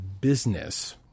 business